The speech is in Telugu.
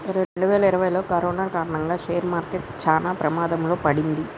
రెండువేల ఇరవైలో కరోనా కారణంగా షేర్ మార్కెట్ చానా ప్రమాదంలో పడింది